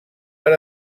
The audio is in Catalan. per